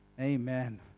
Amen